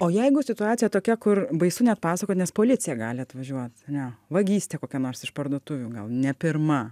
o jeigu situacija tokia kur baisu net pasakot nes policija gali atvažiuot ne vagystė kokia nors iš parduotuvių gal ne pirma